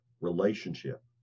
relationship